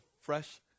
fresh